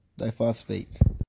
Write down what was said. diphosphates